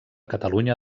catalunya